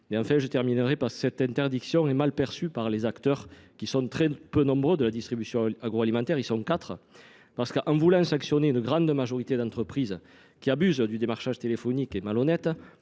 Et en fait, je terminerai parce que cette interdiction est mal perçue par les acteurs qui sont très peu nombreux de la distribution agroalimentaire. Ils sont quatre. Parce qu'en voulant sanctionner une grande majorité d'entreprises qui abusent du démarchage téléphonique et malhonnête